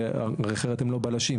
אחרת הם לא בלשים,